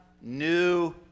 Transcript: new